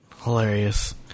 hilarious